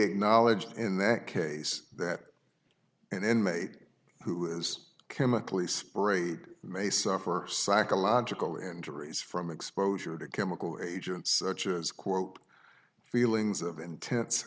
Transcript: acknowledged in that case that an inmate who is chemically sprayed may suffer psychological injuries from exposure to chemical agents has quote feelings of intense